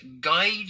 guide